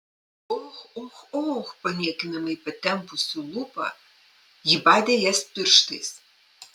och och och paniekinamai patempusi lūpą ji badė jas pirštais